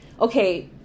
okay